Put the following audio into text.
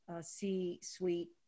C-suite